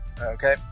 Okay